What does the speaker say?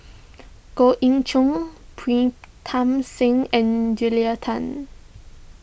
Goh Ee Choo Pritam Singh and Julia Tan